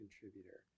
contributor